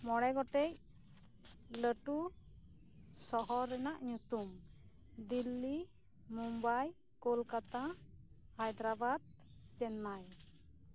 ᱢᱚᱲᱮ ᱜᱚᱴᱮᱡ ᱞᱟᱹᱴᱩ ᱥᱚᱦᱚᱨ ᱨᱮᱱᱟᱜ ᱧᱩᱛᱩᱢ ᱫᱤᱞᱞᱤ ᱢᱩᱢᱵᱟᱭ ᱠᱚᱞᱠᱟᱛᱟ ᱦᱟᱭᱫᱨᱟᱵᱟᱫ ᱪᱮᱱᱱᱟᱭ